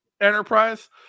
enterprise